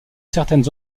certaines